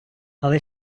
але